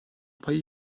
payı